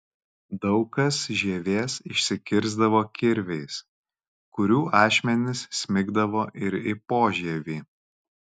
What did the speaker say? daug kas žievės išsikirsdavo kirviais kurių ašmenys smigdavo ir į požievį